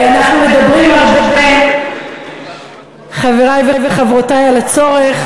אנחנו מדברים הרבה, חברי וחברותי, על הצורך,